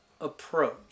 approach